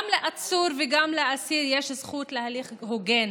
גם לעצור וגם לאסיר יש זכות להליך הוגן.